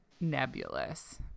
nebulous